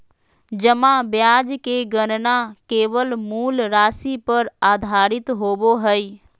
जमा ब्याज के गणना केवल मूल राशि पर आधारित होबो हइ